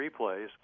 replays